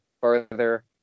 further